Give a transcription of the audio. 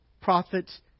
prophets